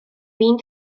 fin